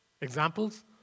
Examples